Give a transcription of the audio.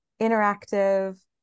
interactive